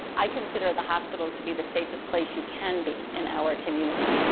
i consider the hospitals to be the safest place you can be in our community,